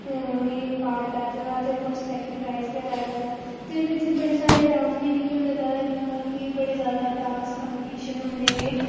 नेंगी part लैते दा ते फसर्ट सैकेंड प्राईज़ गै लैते दा ते इत्थें बड़े सारे डांस मिगी निक्के होंदे पता निहा की बड़े जाैदा डांस कम्पीटीशन होंदे हे